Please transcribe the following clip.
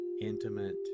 intimate